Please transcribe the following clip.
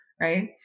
right